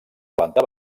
planta